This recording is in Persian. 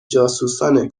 جاسوسان